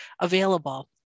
available